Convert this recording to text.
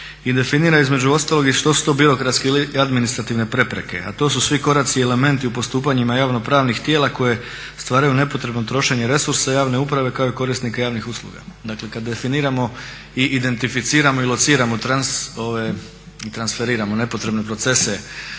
i definira između ostalog i što su to biografske ili administrativne prepreke a to su svi koraci i elementi u postupanjima javno-pravnih tijela koje stvaraju nepotrebno trošenje resursa javne uprave kao i korisnika javnih usluga. Dakle, kad definiramo i identificiramo i lociramo i transferiramo nepotrebne procese